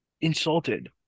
insulted